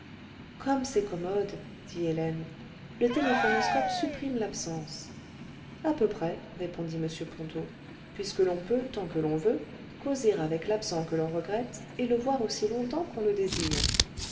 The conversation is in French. comme c'est commode dit hélène le téléphonoscope supprime l'absence a peu près répondit m ponto puisque l'on peut tant que l'on veut causer avec l'absent que l'on regrette et le voir aussi longtemps qu'on le désire